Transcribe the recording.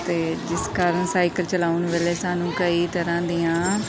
ਅਤੇ ਜਿਸ ਕਾਰਣ ਸਾਈਕਲ ਚਲਾਉਣ ਵੇਲੇ ਸਾਨੂੰ ਕਈ ਤਰ੍ਹਾਂ ਦੀਆਂ